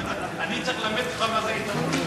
אני צריך ללמד אותך מה זה עיתונות?